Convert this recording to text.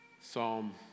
Psalm